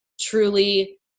truly